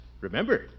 Remember